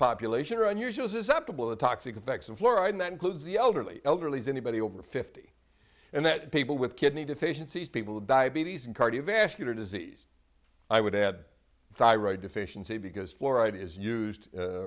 population are unusual susceptible to toxic effects of fluoride and that includes the elderly elderly as anybody over fifty and that people with kidney deficiencies people with diabetes and cardiovascular disease i would have thyroid deficiency because florida is used